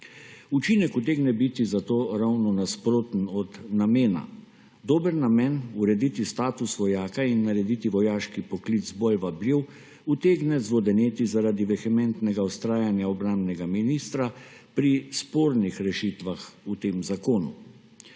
Učinek utegne biti zato ravno nasproten od namena. Dober namen urediti status vojaka in narediti vojaški poklic bolj vabljiv utegne zvodeneti zaradi vehementnega vztrajanja obrambnega ministra pri spornih rešitvah v tem zakonu.